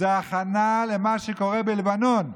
זה הכנה למה שקורה בלבנון.